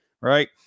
right